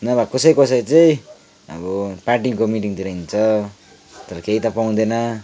नभए कसै कसै चाहिँ अब पार्टीको मिटिङतिर हिँड्छ तर केही त पाउँदैन